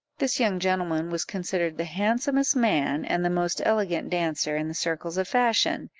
this young gentleman was considered the handsomest man, and the most elegant dancer, in the circles of fashion.